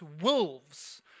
wolves